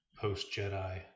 post-Jedi